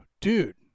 Dude